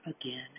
Again